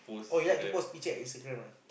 oh you had to post picture at Instagram ah